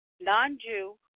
non-Jew